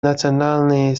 национальные